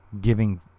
giving